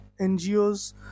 NGOs